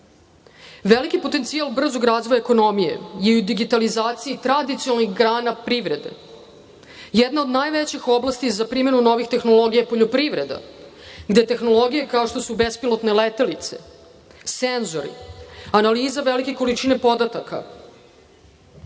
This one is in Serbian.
potencijal brzog razvoja ekonomije je u digitalizaciji tradicionalnih grana privrede. Jedna od najvećih oblasti za primenu novih tehnologija je poljoprivreda gde tehnologije, kao što su bespilotne letelice, senzori, analiza velike količine podataka,